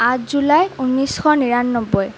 আঠ জুলাই ঊনৈছশ নিৰানব্বৈ